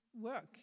work